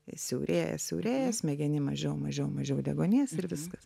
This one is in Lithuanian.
siaurėja siaurėja smegenim mažiau mažiau mažiau deguonies ir viskas